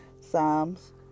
Psalms